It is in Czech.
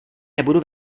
nebudu